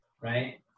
right